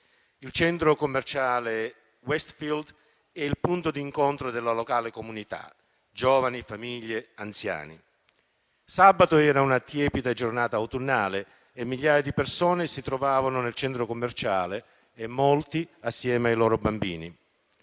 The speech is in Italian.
Il centro commerciale Westfield è il punto d'incontro della locale comunità, giovani famiglie e anziani. Sabato era una tiepida giornata autunnale e migliaia di persone si trovavano nel centro commerciale, molti insieme ai loro bambini.